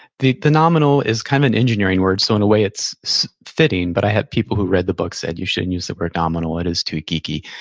the the nominal is kind of an engineering word, so in a way it's fitting, but i had people who read the book said, you shouldn't use the word nominal, it is too geeky.